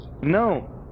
No